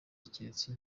keretse